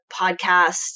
podcast